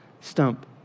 stump